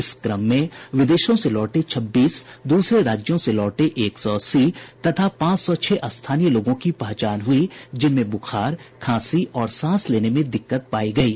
इस क्रम में विदेशों से लौटे छब्बीस द्रसरे राज्यों से लौटे एक सौ अस्सी तथा पांच सौ छह स्थानीय लोगों की पहचान हुई जिनमें बुखार खांसी और सांस लेने में दिक्कत पायी गयी